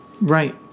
right